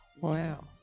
wow